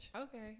Okay